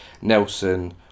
Nelson